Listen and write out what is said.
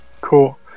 cool